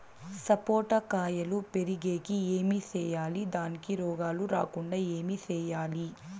సపోట కాయలు పెరిగేకి ఏమి సేయాలి దానికి రోగాలు రాకుండా ఏమి సేయాలి?